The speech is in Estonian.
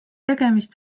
tegemist